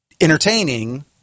entertaining